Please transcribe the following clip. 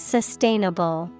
Sustainable